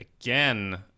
again